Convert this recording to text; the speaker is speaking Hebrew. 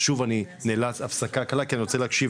אז עוד הפסקה קלה כי אני אשמח להקשיב